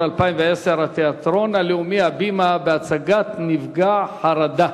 התיאטרון הלאומי "הבימה", בהצגה "נפגעי חרדה",